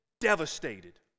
devastated